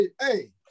hey